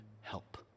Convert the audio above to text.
help